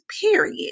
period